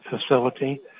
facility